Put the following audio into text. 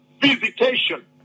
visitation